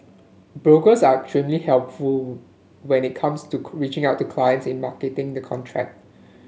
brokers are extremely helpful when it comes to reaching out to clients in marketing the contract